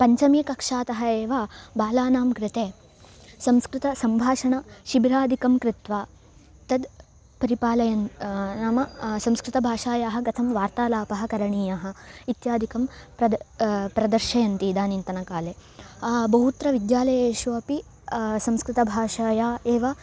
पञ्चमकक्षातः एव बालानां कृते संस्कृतसम्भाषणं शिबिरादिकं कृत्वा तद् परिपालयन् नाम संस्कृतभाषायाः कथं वार्तालापः करणीयः इत्यादिकं प्रद प्रदर्शयन्ति इदानींतनकाले बहुत्र विद्यालयेषु अपि संस्कृतभाषया एव